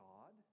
God